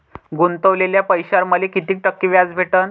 गुतवलेल्या पैशावर मले कितीक टक्के व्याज भेटन?